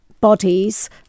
bodies